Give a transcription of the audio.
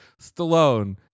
Stallone